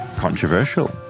controversial